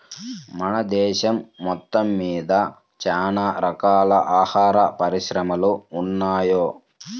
మన దేశం మొత్తమ్మీద చానా రకాల ఆహార పరిశ్రమలు ఉన్నయ్